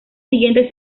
siguiente